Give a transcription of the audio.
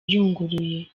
uyunguruye